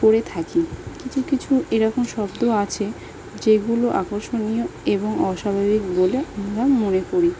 করে থাকি কিছু কিছু এরকম শব্দ আছে যেগুলো আকর্ষণীয় এবং অস্বাভাবিক বলে আমরা মনে করি